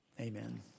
amen